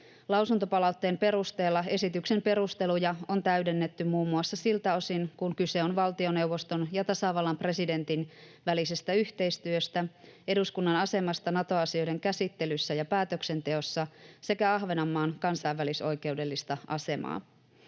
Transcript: Lausuntopalautteen perusteella esityksen perusteluja on täydennetty muun muassa siltä osin, kun kyse on valtioneuvoston ja tasavallan presidentin välisestä yhteistyöstä, eduskunnan asemasta Nato-asioiden käsittelyssä ja päätöksenteossa sekä Ahvenanmaan kansainvälisoikeudellisesta asemasta.